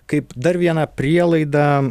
kaip dar vieną prielaidą